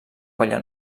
colla